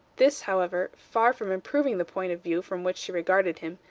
this, however, far from improving the point of view from which she regarded him,